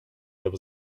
there